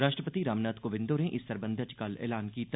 राष्ट्रपति रामनाथ कोविंद होरें इस सरबंधै च कल घोषणा कीती